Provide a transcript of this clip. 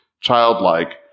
childlike